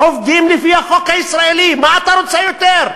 עובדים לפי החוק הישראלי, מה אתה רוצה יותר?